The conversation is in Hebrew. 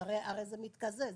הרי זה מתקזז.